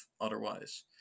otherwise